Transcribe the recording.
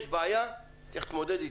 יש בעיה, צריך להתמודד איתה.